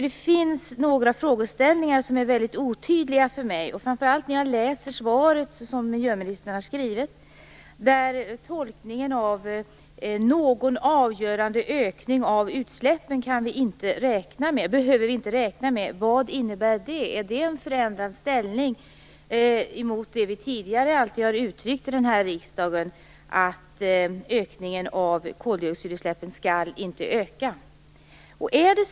Det finns några frågeställningar som är väldigt otydliga för mig, framför allt när jag läser miljöministerns svar. Någon avgörande ökning av utsläppen behöver vi inte räkna med - vad innebär det? Är det en förändrad inställning jämfört med vad vi tidigare alltid har uttryckt i riksdagen, nämligen att koldioxidutsläppen inte skall öka?